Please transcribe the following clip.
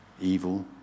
Evil